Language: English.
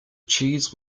cheese